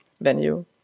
venue